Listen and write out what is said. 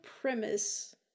premise